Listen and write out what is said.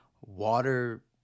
water